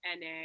NA